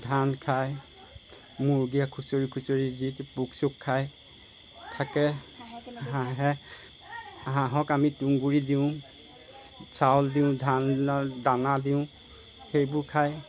ধান খায় মুৰ্গীয়ে খুচৰি খুচৰি যি টি পোক চোক খায় থাকে হাঁহে হাঁহক আমি তুঁহগুৰি দিওঁ চাউল দিওঁ ধানৰ দানা দিওঁ সেইবোৰ খায়